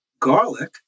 garlic